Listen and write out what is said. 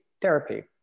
therapy